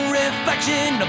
reflection